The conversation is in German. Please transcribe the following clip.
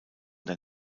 der